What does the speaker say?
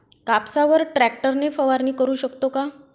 कापसावर ट्रॅक्टर ने फवारणी करु शकतो का?